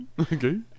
Okay